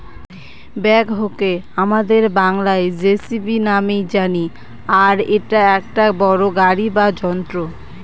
ব্যাকহোকে আমাদের বাংলায় যেসিবি নামেই জানি আর এটা একটা বড়ো গাড়ি বা যন্ত্র